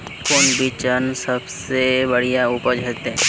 कौन बिचन सबसे बढ़िया उपज होते?